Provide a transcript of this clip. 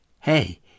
Hey